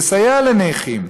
לסייע לנכים.